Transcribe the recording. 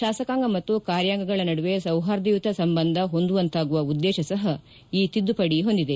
ಶಾಸಕಾಂಗ ಮತ್ತು ಕಾರ್ಯಾಂಗಳ ನಡುವೆ ಸೌಹಾರ್ದಯುತ ಸಂಬಂಧ ಹೊಂದುವಂತಾಗುವ ಉದ್ದೇತ ಸಹ ಈ ತಿದ್ದುಪಡಿ ಹೊಂದಿದೆ